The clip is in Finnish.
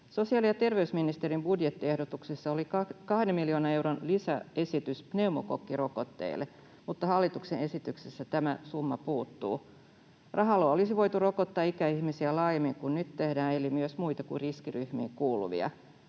Sosiaali- ja terveysministeriön budjettiehdotuksessa oli 2 miljoonan euron lisäesitys pneumokokkirokotteille, mutta hallituksen esityksestä tämä summa puuttuu. Rahalla olisi voitu rokottaa ikäihmisiä laajemmin kuin nyt tehdään, eli myös muita kuin riskiryhmiin kuuluvia.